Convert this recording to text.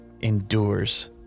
endures